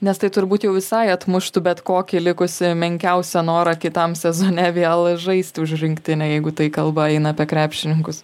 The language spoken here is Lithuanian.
nes tai turbūt jau visai atmuštų bet kokį likusį menkiausią norą kitam sezone vėl žaisti už rinktinę jeigu tai kalba eina apie krepšininkus